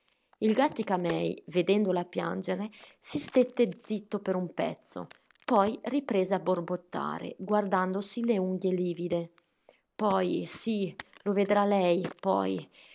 piangere il gàttica-mei vedendola piangere si stette zitto per un pezzo poi riprese a borbottare guardandosi le unghie livide poi sì lo vedrà lei poi